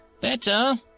Better